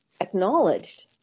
acknowledged